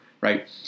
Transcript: right